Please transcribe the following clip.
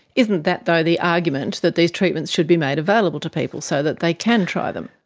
isn't that though the argument that these treatments should be made available to people, so that they can try them?